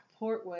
Portwood